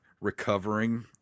recovering